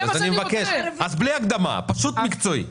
אני מבקש, בלי הקדמה, פשוט מקצועית.